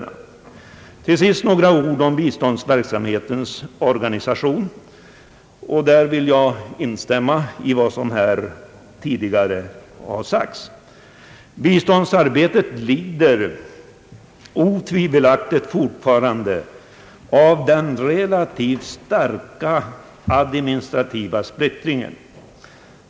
Till sist vill jag anföra några ord om biståndsverksamhetens organisation. Jag instämmer i vad som tidigare har sagts på denna punkt. Biståndsarbetet lider otvivelaktigt fortfarande av den relativt starka administrativa splittringen.